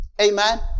Amen